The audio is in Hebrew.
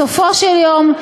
בסופו של יום,